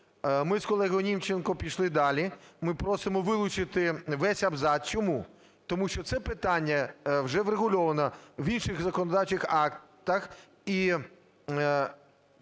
Ми з колегою Німченко пішли далі: ми просимо вилучити весь абзац. Чому? Тому що це питання вже врегульовано в інших законодавчих актах і